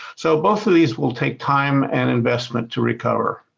so both of these will take time and investment to recover.